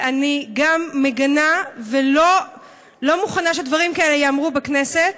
ואני גם מגנה ולא מוכנה שדברים כאלה ייאמרו בכנסת,